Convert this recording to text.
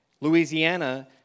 Louisiana